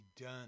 done